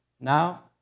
Now